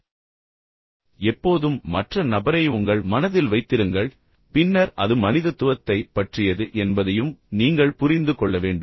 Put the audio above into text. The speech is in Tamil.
எனவே எப்போதும் மற்ற நபரை உங்கள் மனதில் வைத்திருங்கள் பின்னர் அது மனிதத்துவத்தை பற்றியது என்பதையும் நீங்கள் புரிந்து கொள்ள வேண்டும்